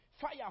fire